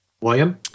William